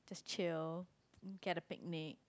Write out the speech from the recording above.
chill get a picnic